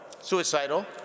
suicidal